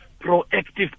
proactive